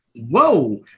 whoa